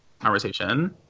conversation